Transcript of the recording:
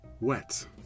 Wet